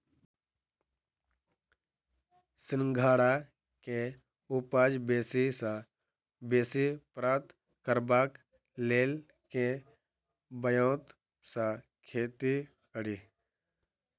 सिंघाड़ा केँ उपज बेसी सऽ बेसी प्राप्त करबाक लेल केँ ब्योंत सऽ खेती कड़ी?